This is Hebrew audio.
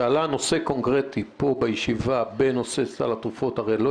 כשעלה נושא קונקרטי בישיבה בנושא סל התרופות הרי לא